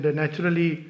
naturally